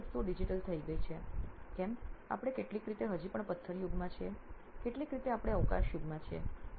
ઘણી બધી વસ્તુઓ ડિજિટલ થઈ ગઈ છે કેમ આપણે કેટલીક રીતે હજી પણ પથ્થર યુગ મા છીએ કેટલીક રીતે આપણે અવકાશ યુગમા છીએ